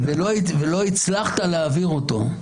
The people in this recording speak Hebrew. לא הצלחת להעביר אותו.